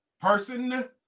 person